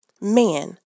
man